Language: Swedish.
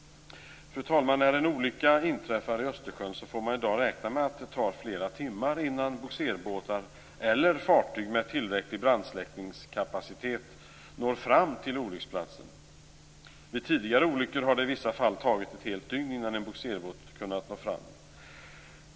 Fru talman! När en olycka inträffar i Östersjön får man i dag räkna med att det tar flera timmar innan bogserbåtar eller fartyg med tillräcklig brandsläckningskapacitet når fram till olycksplatsen. Vid tidigare olyckor har det i vissa fall tagit ett helt dygn innan en bogserbåt kunnat nå fram.